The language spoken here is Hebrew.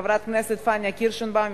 1. חברת הכנסת פניה קירשנבאום,